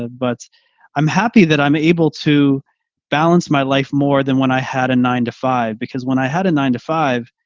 ah but i'm happy that i'm able to balance my life more than when i had a nine to five because when i had a nine to five,